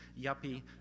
yuppie